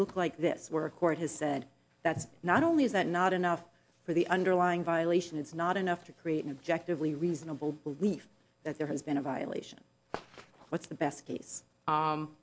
look like this where a court has said that's not only is that not enough for the underlying violation it's not enough to create an objective we reasonable belief that there has been a violation what's the best case